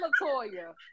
Latoya